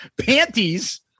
panties